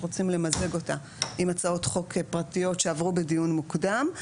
שרוצים למזג אותה עם הצעות חוק פרטיות שעברו בדיון מוקדם.